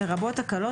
לרבות תקלות,